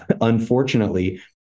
unfortunately